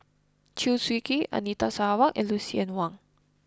Chew Swee Kee Anita Sarawak and Lucien Wang